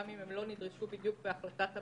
גם אם הם לא נדרשו בדיוק בהחלטת הממשלה.